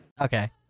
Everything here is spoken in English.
Okay